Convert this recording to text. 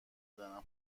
زنم